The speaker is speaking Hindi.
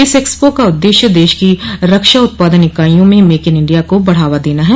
इस एक्सपो का उददेश्य देश की रक्षा उत्पादन इकाइयों में मेक इन इंडिया को बढावा देना है